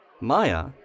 Maya